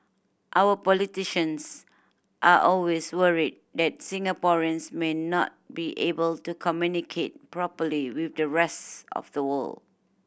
our politicians are always worried that Singaporeans may not be able to communicate properly with the rest of the world